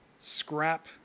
scrap